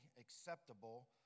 acceptable